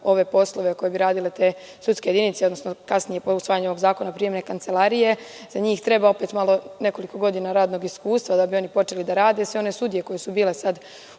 ove poslove koje bi radile te sudske jedinice, odnosno po usvajanju ovog zakona, prijemne kancelarije, za njih treba opet nekoliko godina radnog iskustva da bi oni počeli da rade. Sve one sudije koje su bile u